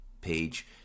page